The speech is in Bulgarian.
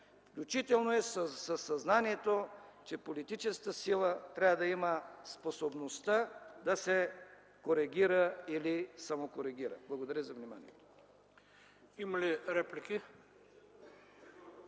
включително и със съзнанието, че политическата сила трябва да има способността да се коригира или самокоригира. Благодаря за вниманието.